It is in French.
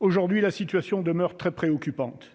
Aujourd'hui, la situation demeure très préoccupante.